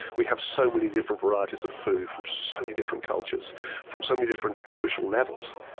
we have so many different varieties of food from so many different cultures from so many different social levels.